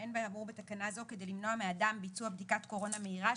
אין באמור בתקנה זו כדי למנוע מאדם ביצוע בדיקת קורונה מהירה,